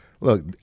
Look